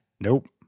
Nope